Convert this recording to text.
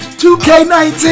2K19